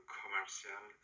commercial